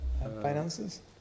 finances